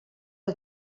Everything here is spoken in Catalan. als